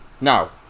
Now